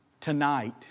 Tonight